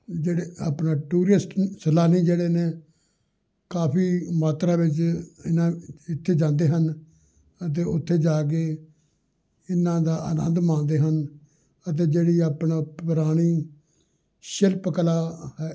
ਜਿਹੜੇ ਆਪਣਾ ਟੂਰਿਸਟ ਸੈਲਾਨੀ ਜਿਹੜੇ ਨੇ ਕਾਫੀ ਮਾਤਰਾ ਵਿੱਚ ਇਹਨਾਂ ਇੱਥੇ ਜਾਂਦੇ ਹਨ ਅਤੇ ਉੱਥੇ ਜਾ ਕੇ ਇਹਨਾਂ ਦਾ ਆਨੰਦ ਮਾਣਦੇ ਹਨ ਅਤੇ ਜਿਹੜੀ ਆਪਣਾ ਪੁਰਾਣੀ ਸ਼ਿਲਪ ਕਲਾ ਹੈ